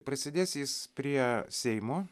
prasidės jis prie seimo